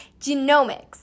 Genomics